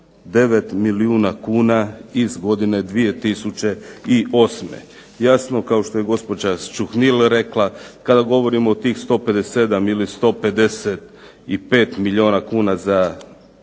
milijuna kuna iz godine 2008. Jasno kao što je gospođa Čuhnil rekla kada govorimo o tih 157 ili 155 milijuna kuna za